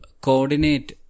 coordinate